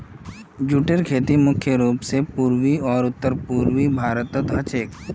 जूटेर खेती मुख्य रूप स पूर्वी आर उत्तर पूर्वी भारतत ह छेक